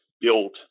built